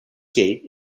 gate